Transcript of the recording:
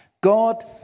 God